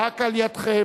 רק על-ידיכם.